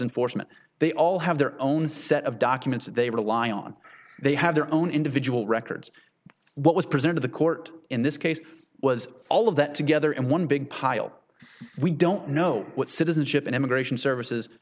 enforcement they all have their own set of documents that they rely on they have their own individual records what was presented to the court in this case was all of that together in one big pile we don't know what citizenship and immigration services